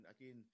again